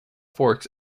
forks